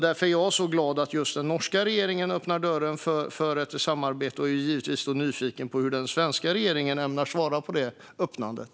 Därför är jag glad att just den norska regeringen öppnar dörren för ett samarbete och är givetvis nyfiken på hur den svenska regeringen ämnar svara på det öppnandet.